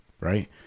right